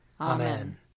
Amen